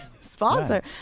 sponsor